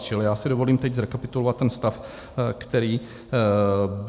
Čili já si dovolím teď zrekapitulovat ten stav, který byl.